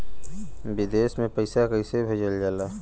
विदेश में पैसा कैसे भेजल जाला?